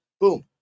Boom